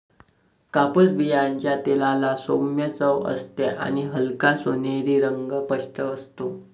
कापूस बियांच्या तेलाला सौम्य चव असते आणि हलका सोनेरी रंग स्पष्ट असतो